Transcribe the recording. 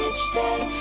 stay